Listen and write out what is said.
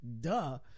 Duh